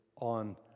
on